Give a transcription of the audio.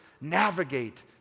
navigate